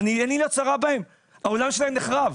עיני לא צרה בהם, העולם שלהם נחרב.